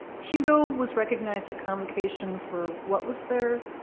hugo was recognized at convocation for what was their